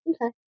Okay